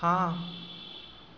हाँ